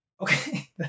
okay